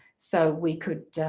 so we could